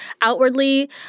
outwardly